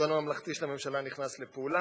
הטון הממלכתי של הממשלה נכנס לפעולה,